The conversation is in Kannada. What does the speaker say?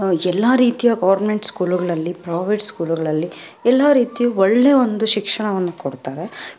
ಎಲ್ಲ ರೀತಿಯ ಗೋರ್ಮೆಂಟ್ ಸ್ಕೂಲುಗಳಲ್ಲಿ ಪ್ರೊವೇಟ್ ಸ್ಕೂಲುಗಳಲ್ಲಿ ಎಲ್ಲ ರೀತಿಯು ಒಳ್ಳೆ ಒಂದು ಶಿಕ್ಷಣವನ್ನು ಕೊಡ್ತಾರೆ